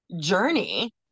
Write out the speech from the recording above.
journey